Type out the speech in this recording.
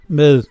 med